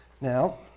now